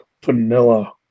vanilla